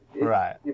Right